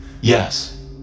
Yes